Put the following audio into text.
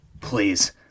Please